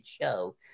show